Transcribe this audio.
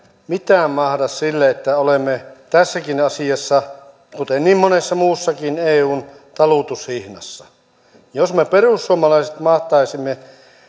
mitään mahda sille että olemme tässäkin asiassa kuten niin monessa muussakin eun talutushihnassa jos me perussuomalaiset mahtaisimme